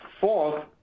Fourth